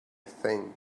thing